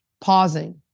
pausing